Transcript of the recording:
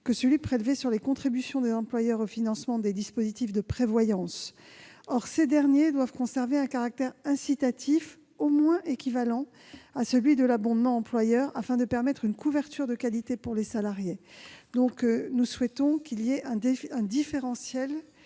que celui qui concerne les contributions des employeurs au financement des dispositifs de prévoyance. Or ces derniers doivent conserver un caractère incitatif au moins équivalent à celui de l'abondement de l'employeur, afin de permettre une couverture de qualité pour les salariés. Nous souhaitons qu'un différentiel